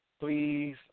Please